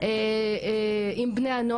גם עם ילדים צעירים יותר ביסודי.